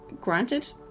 Granted